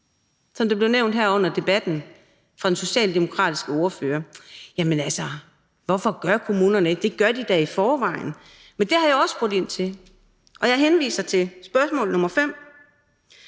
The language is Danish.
som blev nævnt af den socialdemokratiske ordfører her under debatten, nemlig: Hvorfor gør kommunerne det ikke? Det gør de da i forvejen. Men det har jeg også spurgt ind til, og jeg henviser til spørgsmål 5 fra